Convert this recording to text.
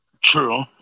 True